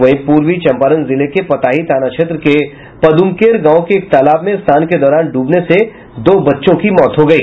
वहीं पूर्वी चंपारण जिले के पताही थाना क्षेत्र के पद्मकेर गांव के एक तालाब में स्नान के दौरान डूबने से दो बच्चों की मौत हो गयी